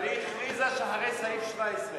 אבל היא הכריזה שאחרי סעיף 17,